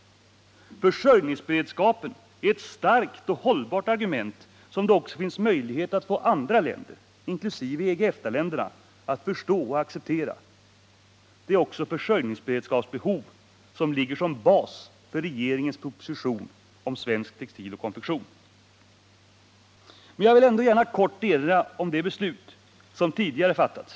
Försörjningsberedskap är ett starkt och hållbart argument som det också finns möjlighet att få andra länder, inkl. EG/EFTA-länder, att förstå och acceptera. Det är också försörjningsberedskapsbehov som ligger som bas för regeringens proposition om svensk textil och konfektion. Jag vill ändå gärna erinra om det beslut som tidigare fattats.